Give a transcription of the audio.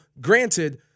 granted